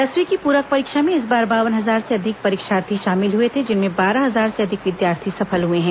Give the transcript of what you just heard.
दसवीं की पूरक परीक्षा में इस बार बावन हजार से अधिक परीक्षार्थी शामिल हुए थे जिनमें बारह हजार से अधिक विद्यार्थी सफल हुए हैं